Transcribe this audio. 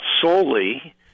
solely